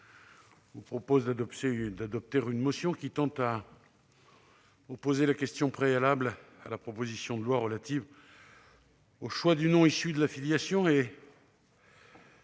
vous propose d'adopter une motion tendant à opposer la question préalable sur la proposition de loi relative au choix du nom issu de la filiation.